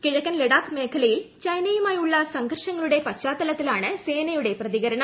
കിഴ്ക്കൻ ലഡാക്ക് മേഖലയിൽ ചൈനയുമായുള്ള സംഘർഷ്ങ്ങളുടെ പശ്ചാത്തലത്തിലാണ് സേനയുടെ പ്രതികരണം